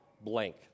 blank